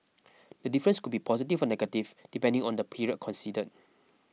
the difference could be positive negative depending on the period considered